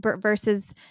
versus